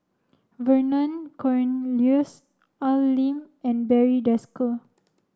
Vernon Cornelius Al Lim and Barry Desker